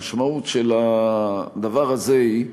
המשמעות של הדבר הזה היא,